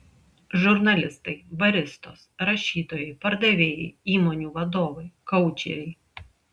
žurnalistai baristos rašytojai pardavėjai įmonių vadovai koučeriai